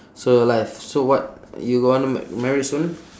so life so what you gonna m~ marry soon